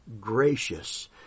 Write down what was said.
gracious